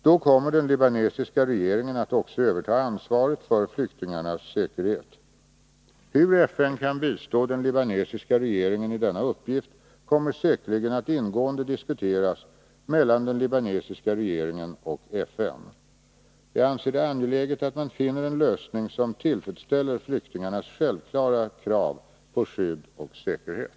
Då kommer den libanesiska regeringen att också överta ansvaret för flyktingarnas säkerhet. Hur FN kan bistå den libanesiska regeringen i denna uppgift kommer säkerligen att ingående diskuteras mellan den libanesiska regeringen och FN. Jag anser det angeläget att man finner en lösning som tillfredsställer flyktingarnas självklara krav på skydd och säkerhet.